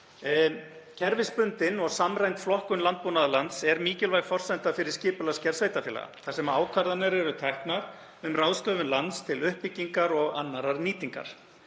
Kerfisbundin og samræmd flokkun landbúnaðarlands er mikilvæg forsenda fyrir skipulagsgerð sveitarfélaga, þar sem ákvarðanir eru teknar um ráðstöfun lands til uppbyggingar og annarrar nýtingar.